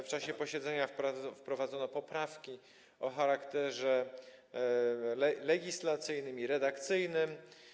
W czasie posiedzenia wprowadzono poprawki o charakterze legislacyjnym i redakcyjnym.